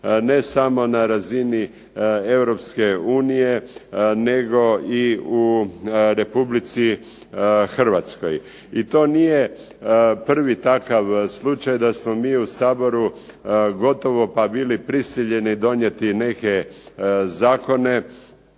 ne samo na razini Europske unije, nego i u Republici Hrvatskoj. I to nije prvi takav slučaj da smo mi u Saboru gotovo pa bili prisiljeni donijeti neke zakone